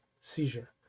seizure